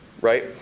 right